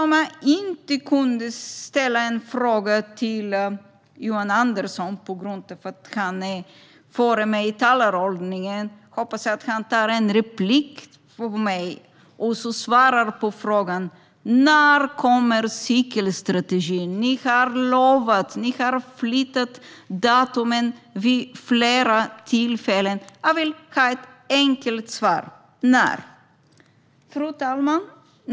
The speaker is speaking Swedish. Jag kunde inte ställa någon fråga till Johan Andersson eftersom han var före mig i talarordningen. Nu hoppas jag att han begär replik och svarar på frågan: När kommer cykelstrategin? Ni har lovat och flyttat fram datumet vid flera tillfällen. Jag vill ha ett enkelt svar: När? Fru talman!